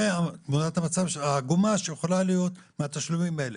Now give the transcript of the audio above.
זו תמונת המצב העגומה שיכולה להיות מהתשלומים האלה,